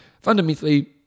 fundamentally